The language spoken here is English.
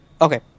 Okay